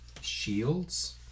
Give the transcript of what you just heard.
shields